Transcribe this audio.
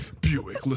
Buick